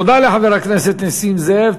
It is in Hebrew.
תודה לחבר הכנסת נסים זאב.